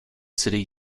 city